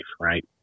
Right